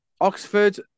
Oxford